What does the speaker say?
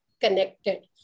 connected